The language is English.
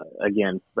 again